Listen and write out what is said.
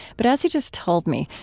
but, as he just told me,